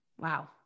Wow